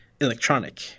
electronic